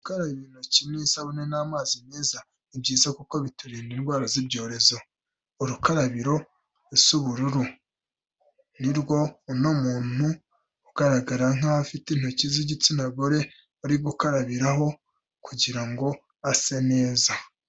Gukaraba intoki n'isabune n'amazi meza ni byiza kuko biturinda indwara z'ibyorezo. Urukarabiro rusa ubururu ni rwo uno muntu ugaragara nkaho afite intoki z'igitsina gore ari gukarabiraho kugira ngo ase neza.